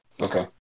Okay